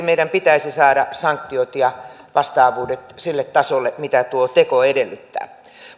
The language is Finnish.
meidän pitäisi saada sanktiot ja vastaavuudet sille tasolle mitä tuo teko edellyttää